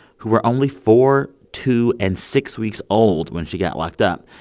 who were only four, two and six weeks old when she got locked up.